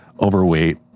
overweight